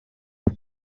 they